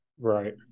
Right